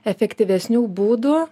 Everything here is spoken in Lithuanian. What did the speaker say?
efektyvesnių būdų